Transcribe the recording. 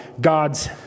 God's